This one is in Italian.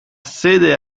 sede